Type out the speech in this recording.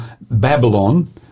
Babylon